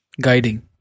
Guiding